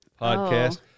podcast